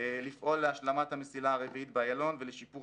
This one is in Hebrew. לפעול להשלמת המסילה הרביעית באיילון ולשיפור